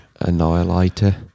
Annihilator